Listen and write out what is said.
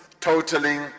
totaling